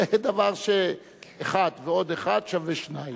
זה דבר, אחת ועוד אחת שווה שתיים.